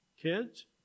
Kids